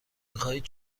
خواهید